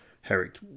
Herrick